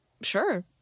Sure